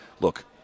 look